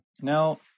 Now